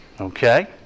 Okay